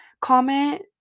comment